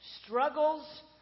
struggles